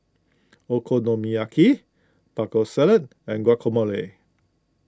Okonomiyaki Taco Salad and Guacamole